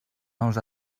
nous